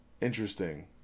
interesting